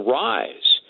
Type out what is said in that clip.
rise